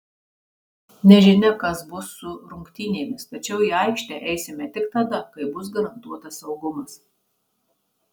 nežinia kas bus su rungtynėmis tačiau į aikštę eisime tik tada kai bus garantuotas saugumas